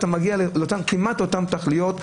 ואתה כמעט לאותן תכליות,